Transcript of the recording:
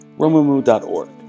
RomuMu.org